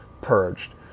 purged